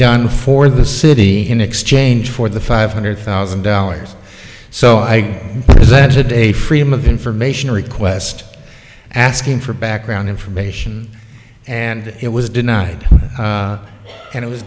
done for the city in exchange for the five hundred thousand dollars so i visited a freedom of information request asking for background information and it was denied and it was